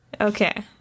Okay